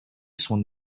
son